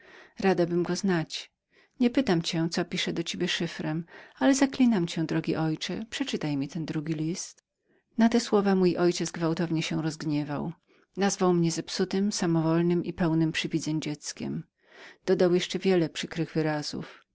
radabym go poznać nie pytam się co pisze do ciebie tajemniezemitajemniczemi znakami ale zaklinam cię drogi ojcze przeczytaj mi ten drugi list na te słowa mój ojciec mocno się rozgniewał nazwał mnie zepsutem samowolnem i pełnem przywidzeń dzieckiem dodał jeszcze wiele przykrych